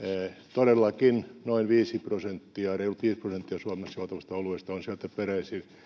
todellakin noin viisi prosenttia reilut viisi prosenttia suomessa juotavasta oluesta on sieltä peräisin